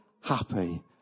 happy